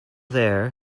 there